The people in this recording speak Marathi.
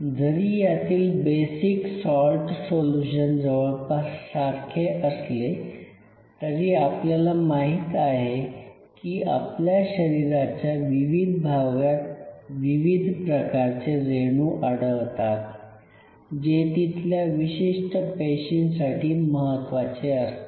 जरी यातील बेसिक सॉल्ट सोलुशन जवळपास सारखे असले तरी आपल्याला माहित आहे की आपल्या शरीराच्या विविध भागात विविध प्रकारचे रेणू आढळतात जे तिथल्या विशिष्ट पेशींसाठी महत्वाचे असतात